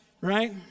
Right